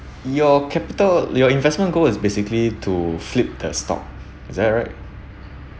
your capital your investment goal is basically to flip the stock is that right